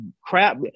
crap